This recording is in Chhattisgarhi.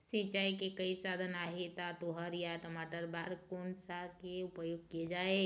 सिचाई के कई साधन आहे ता तुंहर या टमाटर बार कोन सा के उपयोग किए जाए?